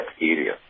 area